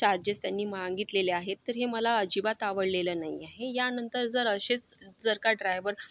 charges त्यांनी मागितलेले आहेत तर हे मला अजिबात आवडलेलं नाही आहे यांनतर जर असेच जर का ड्रायवर